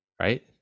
right